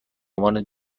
عنوان